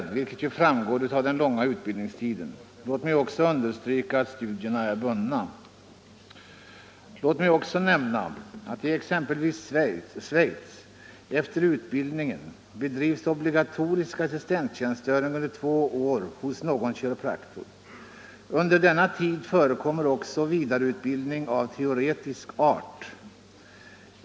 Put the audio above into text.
Jag vill även nämna att i exempelvis Schweiz efter utbildningen bedrivs obligatorisk assistenttjänstgöring under två år hos någon kiropraktor. Under den tiden förekommer också vidareutbildning av teoretisk art.